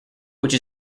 which